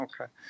Okay